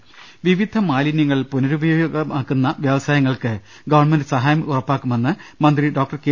രദ്ദേഷ്ടങ വിവിധ മാലിനൃങ്ങൾ പുനരുപയോഗൃമാക്കുന്ന വൃവസായങ്ങൾക്ക് ഗവൺമെന്റ് സഹായം ഉറപ്പാക്കുമെന്ന് മന്ത്രി ഡോക്ടർ കെ